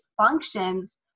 functions